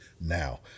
now